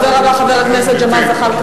הדובר הבא, חבר הכנסת ג'מאל זחאלקה,